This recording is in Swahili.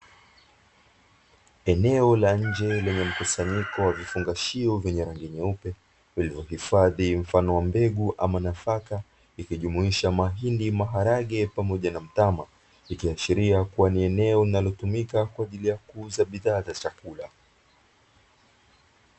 Eneo la nje lenye mkusanyiko wa vifungashio vyenye rangi nyeupe vilivyohifadhi mfano wa mbegu ama nafaka ikijumuisha mahindi, maharage pamoja na mtama; ikiashiria kuwa ni eneo linalotumika kwa ajili ya kuuza bidhaa za chakula.